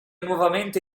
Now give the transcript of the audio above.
nuovamente